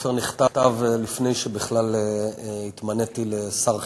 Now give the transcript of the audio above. הספר נכתב לפני שבכלל התמניתי לשר החינוך,